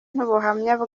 n’ubuhamya